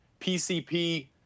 PCP